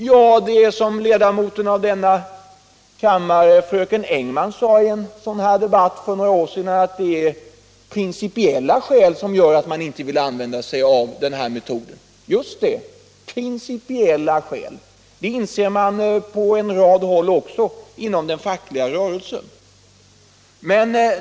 Jo, det är — som ledamoten av denna kammare fröken Engman sade i en debatt för några år sedan — principiella skäl som gör att man inte vill använda sig av metoden. Just det — principiella skäl! Det inser man på en rad håll också inom den fackliga rörelsen.